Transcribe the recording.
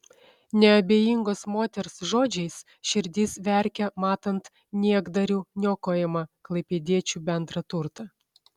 neabejingos moters žodžiais širdis verkia matant niekdarių niokojamą klaipėdiečių bendrą turtą